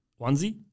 onesie